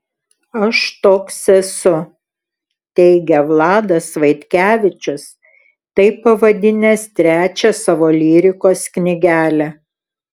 aš toks esu teigia vladas vaitkevičius taip pavadinęs trečią savo lyrikos knygelę